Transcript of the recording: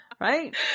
Right